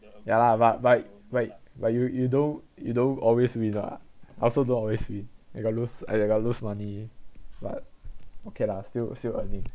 ya lah but like like like you you do you don't always win ah I also don't always win we got lose I I got lose money but okay lah still still earning